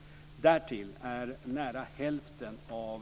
Därtill är nära hälften av